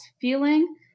feeling